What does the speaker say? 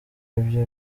ibyo